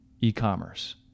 e-commerce